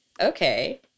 okay